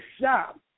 shop